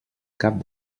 cap